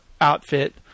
outfit –